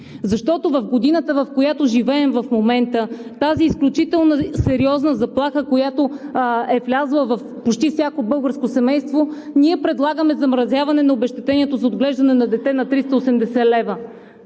Защото за годината, в която живеем, в момента тази изключително сериозна заплаха е влязла в почти всяко българско семейство, ние предлагаме замразяване на обезщетението за отглеждане на дете на 380 лв.